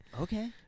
Okay